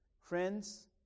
friends